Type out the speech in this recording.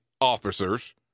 officers